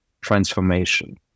transformation